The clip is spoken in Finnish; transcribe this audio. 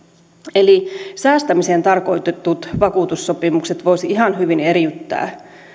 eli säästämiseen tarkoitetut vakuutussopimukset voisi ihan hyvin eriyttää